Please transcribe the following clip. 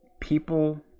people